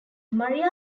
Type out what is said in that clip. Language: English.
maria